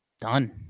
Done